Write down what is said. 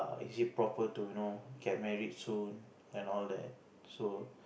is it proper to you know get married soon and all that so